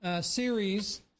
series